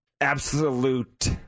Absolute